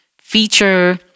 feature